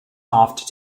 after